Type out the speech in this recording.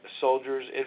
soldiers